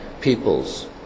peoples